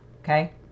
Okay